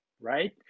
right